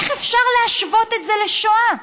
איך אפשר להשוות את זה לשואה?